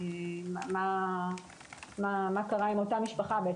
מה קרה עם אותה משפחה.